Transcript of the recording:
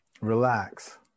relax